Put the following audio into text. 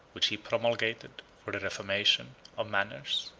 which he promulgated for the reformation of manners.